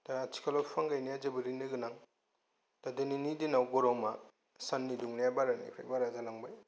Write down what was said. दा आथिखालाव बिफां गायनाया जोबोरैनो गोनां दिनैनि दिनाव गर'मा साननि दुंनाया बारायनायनिफ्राय बाराय लांबाय